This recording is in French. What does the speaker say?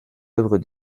œuvre